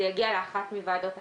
זה יגיע לאחת מוועדות הכנסת.